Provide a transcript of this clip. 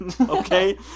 Okay